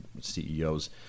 CEOs